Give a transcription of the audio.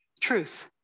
truth